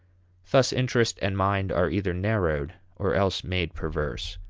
thus interest and mind are either narrowed, or else made perverse.